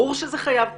ברור שזה חייב פתרון.